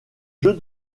jeu